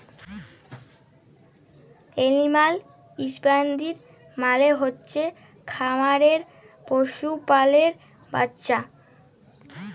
animal husbandry মালে হচ্ছে খামারে পশু পাললের ব্যবছা